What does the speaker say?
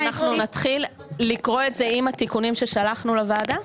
אנחנו נתחיל לקרוא את זה עם התיקונים ששלחנו לוועדה?